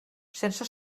sense